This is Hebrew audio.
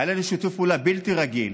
היה לנו שיתוף פעולה בלתי רגיל.